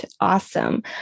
Awesome